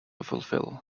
fulfill